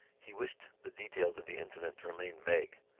he wished the details of the incident to remain vague.